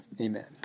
Amen